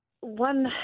one